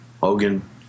Hogan